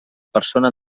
persona